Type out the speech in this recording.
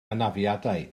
anafiadau